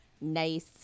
Nice